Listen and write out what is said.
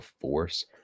force